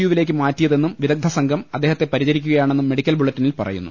യുവിലേക്ക് മാറ്റിയതെന്നും വിദഗ്ദ്ധ സംഘം അദ്ദേഹത്തെ പരിചരിക്കുകയാണെന്നും മെഡിക്കൽ ബുള്ളറ്റിനിൽ പറയുന്നു